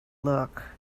look